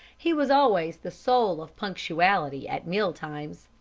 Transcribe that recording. he was always the soul of punctuality at meal times.